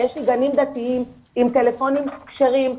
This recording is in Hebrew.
יש גנים דתיים עם טלפונים כשרים.